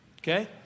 okay